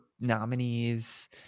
nominees